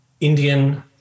Indian